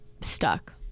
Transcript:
stuck